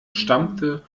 stammte